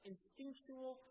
Instinctual